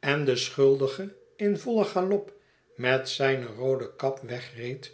en de schuldige in vollen galop met zijne roode cab wegreed